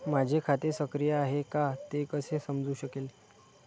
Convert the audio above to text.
माझे खाते सक्रिय आहे का ते कसे समजू शकेल?